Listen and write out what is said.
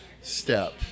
step